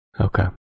Okay